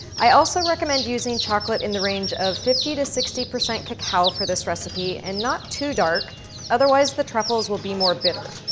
i also recommend using chocolate in the range of fifty to sixty percent cacao for this recipe, and not too dark otherwise, the truffles will be more bitter.